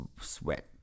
sweat